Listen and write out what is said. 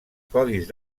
codis